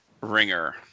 ringer